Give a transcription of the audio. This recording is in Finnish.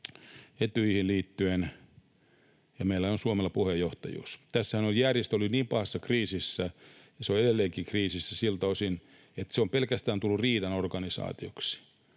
Etyjiin liittyen, ja meillä on Suomella puheenjohtajuus. Tässä järjestö oli niin pahassa kriisissä, ja se on edelleenkin kriisissä siltä osin, että se on pelkästään tullut riidan organisaatioksi.